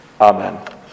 Amen